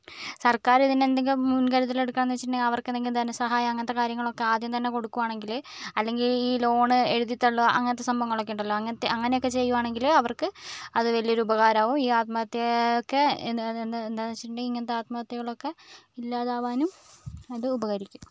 സർക്കാര് ഇതിന് എന്തൊക്കെ മുൻകരുതലെടുക്കുക എന്ന് വെച്ചിട്ടുണ്ടെങ്കിൽ അവർക്കെന്തെങ്കിലും ധനസഹായം അങ്ങനത്തെ കാര്യങ്ങളൊക്കേ ആദ്യം തന്നേ കൊടുക്കുവാണെങ്കില് അല്ലെങ്കിൽ ഈ ഈ ലോണ് എഴുതി തള്ളുക അങ്ങനത്തെ സംഭവങ്ങളൊക്കെ ഉണ്ടല്ലൊ അങ്ങനത്തെ അങ്ങനെ ഒക്കെ ചെയ്യുവാണെങ്കില് അവർക്ക് അത് വലിയ ഉപകാരം ആകും ഈ ആത്മഹത്യ ഒക്കെ എന്ത് എന്ത് എന്താന്ന് വച്ചിട്ടുണ്ടെങ്കിൽ ഇങ്ങനത്തെ ആത്മഹത്യകളൊക്കെ ഇല്ലാതാകാനും ഇത് ഉപകരിക്കും